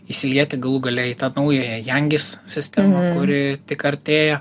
įsilieti galų gale į tą naująją jengis sistemą kuri tik artėja